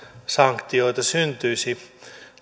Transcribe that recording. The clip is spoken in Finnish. sanktioita syntyisi